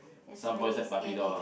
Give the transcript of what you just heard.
that's very scary